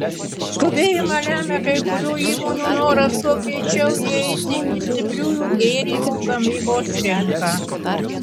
skubėjimą lemia kai kurių įmonių noras kuo greičiau įeiti į stipriųjų gėrimų gamybos rinką